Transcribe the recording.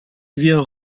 wir